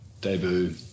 debut